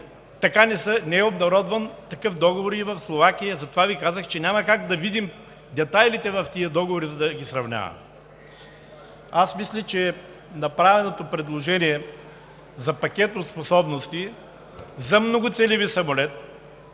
Така не е обнародван такъв договор и в Словакия. Затова Ви казах, че няма как да видим детайлите в тези договори, за да ги сравняваме. Аз мисля, че направеното предложение за пакетни способности за многоцелеви самолет